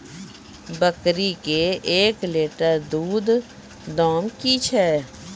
बकरी के एक लिटर दूध दाम कि छ?